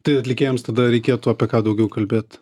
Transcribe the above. tai atlikėjams tada reikėtų apie ką daugiau kalbėt